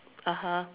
(uh huh)